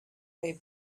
they